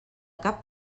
cap